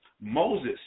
Moses